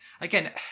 again